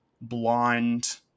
blonde